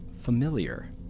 familiar